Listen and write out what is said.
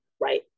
right